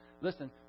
Listen